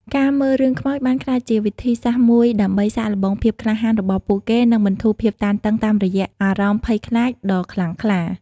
ការមើលរឿងខ្មោចបានក្លាយជាវិធីសាស្ត្រមួយដើម្បី សាកល្បងភាពក្លាហាន របស់ពួកគេ និងបន្ធូរភាពតានតឹងតាមរយៈអារម្មណ៍ភ័យខ្លាចដ៏ខ្លាំងក្លា។